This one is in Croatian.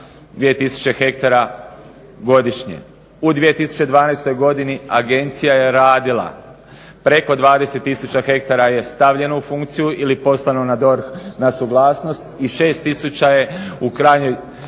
U 2012. godini Agencija je radila preko 20000 ha je stavljeno u funkciju ili poslano na DORH na suglasnost i 6000 je u krajnjoj